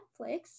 Netflix